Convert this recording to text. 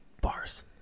bars